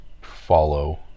follow